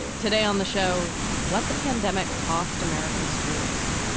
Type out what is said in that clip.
today on the show, what the pandemic cost american schools,